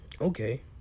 Okay